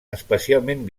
especialment